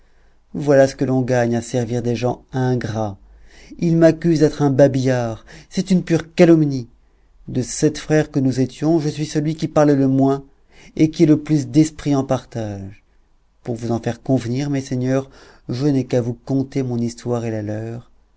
voilà ce que l'on gagne à servir des gens ingrats il m'accuse d'être un babillard c'est une pure calomnie de sept frères que nous étions je suis celui qui parle le moins et qui ai le plus d'esprit en partage pour vous en faire convenir mes seigneurs je n'ai qu'à vous conter mon histoire et la leur